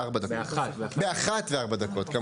בשעה 12:58 ונתחדשה בשעה 13:04.) כן.